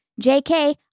JK